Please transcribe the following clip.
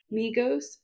Migos